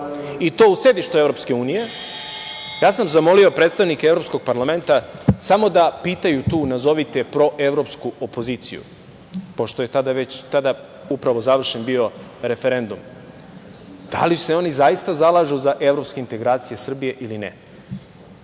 i to u sedištu Evropske unije, ja sam zamolio predstavnike Evropskog parlamenta samo da pitaju tu, nazovite proevropsku opoziciju, pošto je tada upravo završen bio referendum - da li se oni zaista zalažu za evropske integracije Srbije ili ne?